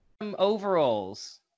overalls